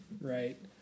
right